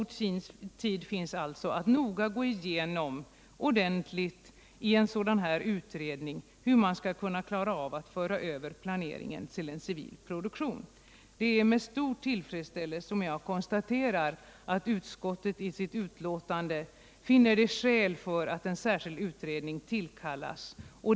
Det finns alltså gott om tid att i en utredning noga gå igenom hur man skall kunna klara av att föra över planeringen till civilproduktion. Det är med stor tillfredsställelse som jag konstaterar att utskottet i sitt betänkande finner skäl för att en särskild utredning tillkallas.